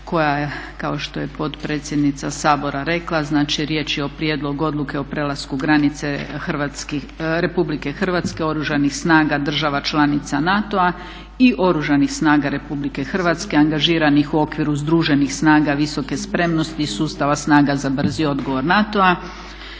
koja je kao što je potpredsjednica Sabora rekla znači riječ je o Prijedlogu odluke o prelasku granice RH Oružanih snaga država članica NATO-a i Oružanih snaga RH angažiranih u okviru Združenih snaga visoke spremnosti iz sustava snaga za brzi odgovor NATO-a.